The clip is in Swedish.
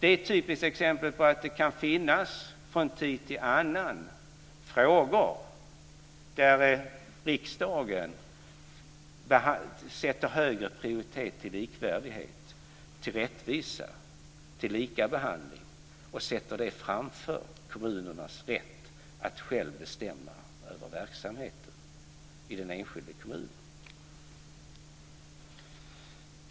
Det är ett typiskt exempel på att det från tid till annan kan finnas frågor där riksdagen lägger högre prioritet vid likvärdighet, rättvisa och likabehandling och sätter det framför kommunernas rätt att själva bestämma över verksamheten i den enskilda kommunen.